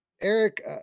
eric